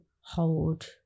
hold